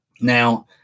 now